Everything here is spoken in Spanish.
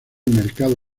mercado